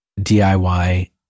diy